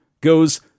goes